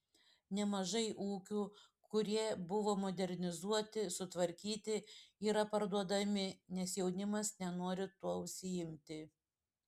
nemažai ūkių kurie buvo modernizuoti sutvarkyti yra parduodami nes jaunimas nenori tuo užsiimti